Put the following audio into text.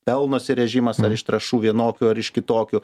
pelnosi režimas ar iš trąšų vienokių ar iš kitokių